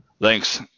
thanks